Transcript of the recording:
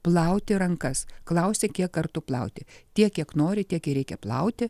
plauti rankas klausė kiek kartų plauti tiek kiek norite tiek ir reikia plauti